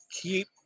keep